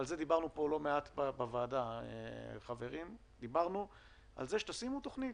דיברנו על זה שתשימו תכנית,